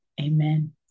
Amen